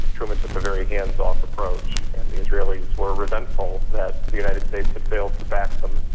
truman took a very hands-off approach and the israelis were resentful that the united states had failed to back them.